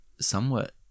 somewhat